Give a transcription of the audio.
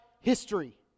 history